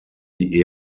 die